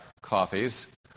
coffees